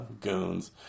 goons